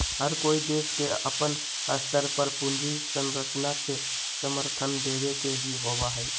हर कोई देश के अपन स्तर पर पूंजी संरचना के समर्थन देवे के ही होबा हई